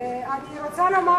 אני רוצה לומר,